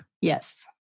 Yes